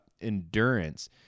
endurance